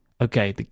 okay